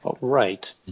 right